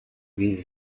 with